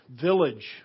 village